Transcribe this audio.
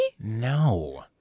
No